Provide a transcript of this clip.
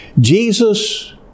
Jesus